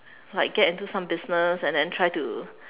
like get into some business and then try to